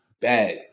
bad